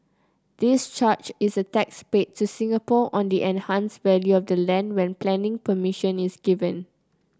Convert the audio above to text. this charge is a tax paid to Singapore on the enhanced value of the land when planning permission is given